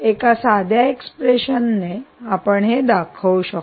एका साध्या एक्सप्रेशनने आपण हे दाखवू शकतो